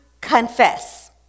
confess